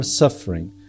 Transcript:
suffering